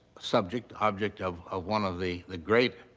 subject, object of ah one of the the great